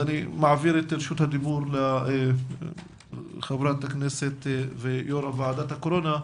אני מעביר את רשות הדיבור לחברת הכנסת ויו"ר ועדת הקורונה,